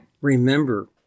Remember